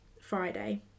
Friday